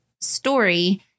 story